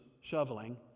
shoveling